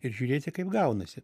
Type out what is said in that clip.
ir žiūrėti kaip gaunasi